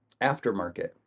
aftermarket